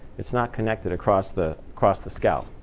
it's not connected across the across the scalp.